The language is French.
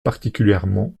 particulièrement